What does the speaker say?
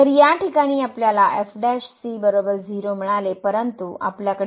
तर या ठिकाणी आपल्याला मिळाले परंतु आपल्याकडे